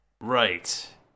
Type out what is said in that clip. Right